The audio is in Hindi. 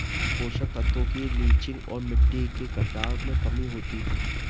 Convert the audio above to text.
पोषक तत्वों की लीचिंग और मिट्टी के कटाव में कमी होती है